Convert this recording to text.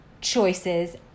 choices